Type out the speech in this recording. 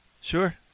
Sure